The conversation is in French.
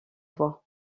voix